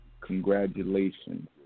Congratulations